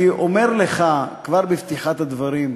אני אומר לך כבר בפתיחת הדברים: